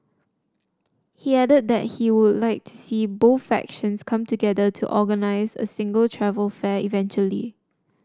he added that he would like to see both factions come together to organise a single travel fair eventually